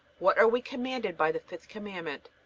what are we commanded by the fifth commandment?